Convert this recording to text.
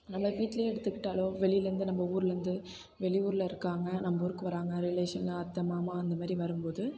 நம்ம வீட்லேயே எடுத்துக்கிட்டால் வெளியில் இருந்து நம்ம ஊரில் இருந்து வெளியூரில் இருக்காங்க நம்ம ஊருக்கு வர்றாங்க ரிலேஷன் அத்தை மாமா அந்தமாதிரி வரும் போது